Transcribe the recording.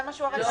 זה מה שהוא אמר.